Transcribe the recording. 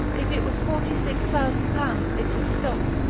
if it was forty-six thousand pounds it should stop.